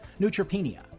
Neutropenia